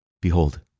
Behold